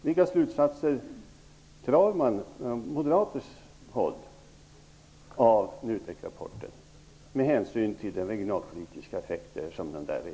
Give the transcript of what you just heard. Vilka slutsatser drar man från Moderaternas håll av NUTEK-rapporten med hänsyn till de regionalpolitiska effekter som redovisas där?